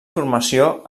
formació